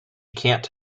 can’t